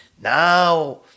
Now